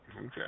Okay